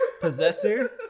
Possessor